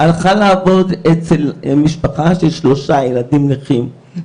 היא הלכה לעבוד אצל משפחה של שלושה ילדים נכים,